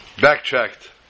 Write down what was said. backtracked